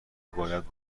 باید